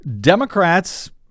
Democrats